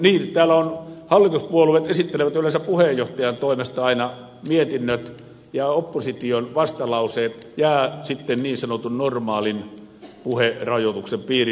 täällä hallituspuolueet esittelevät yleensä puheenjohtajan toimesta aina mietinnöt ja opposition vastalause jää sitten niin sanotun normaalin puherajoituksen piiriin